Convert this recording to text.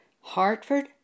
Hartford